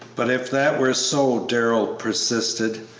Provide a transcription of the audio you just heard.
but if that were so, darrell persisted,